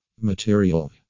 Material